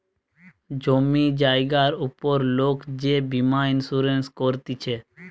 জমি জায়গার উপর লোক যে বীমা ইন্সুরেন্স করতিছে